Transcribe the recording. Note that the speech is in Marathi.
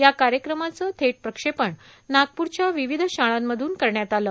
या कार्यक्रमाचं थेट प्रक्षेपण नागप्रच्या विविध शाळांमधून करण्यात आलं